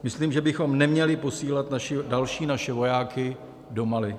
Myslím, že bychom neměli posílat další naše vojáky do Mali.